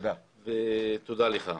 תודה לך.